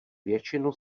většinu